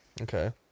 Okay